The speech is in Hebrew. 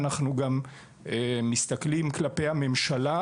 אנחנו מסתכלים גם כלפי הממשלה,